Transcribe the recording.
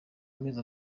amezi